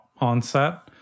onset